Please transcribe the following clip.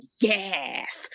yes